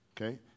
Okay